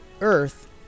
Earth